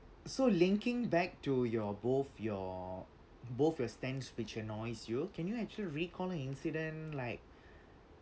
so linking back to your both your both your stance which annoys you can you actually recall an incident like